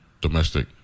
domestic